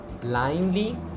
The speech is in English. blindly